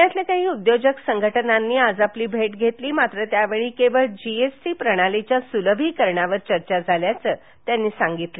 पुण्यातील काही उदयोजक संघटनांनी आज आपली भेट घेतली मात्र त्यावेळी केवळ जी एस टी प्रणालीच्या सुलभीकरणावर चर्चा झाल्याचं सीतारामन म्हणाल्या